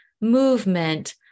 movement